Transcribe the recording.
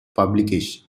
publication